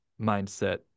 mindset